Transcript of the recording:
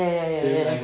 ya ya ya ya